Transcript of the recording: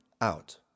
out